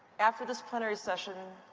after this plenary session,